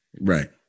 Right